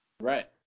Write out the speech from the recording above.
Right